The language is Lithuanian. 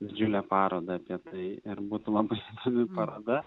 didžiulę parodą apie tai ir būtų labai svarbi paroda